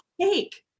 cake